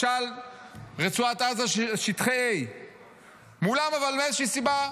משל רצועת עזה שטחי A. אבל מאיזושהי סיבה,